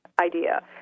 idea